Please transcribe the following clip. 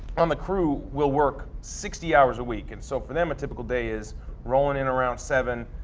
on the crew, will work sixty hours a week and so for them a typical day is rolling in around seven,